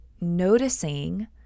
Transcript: noticing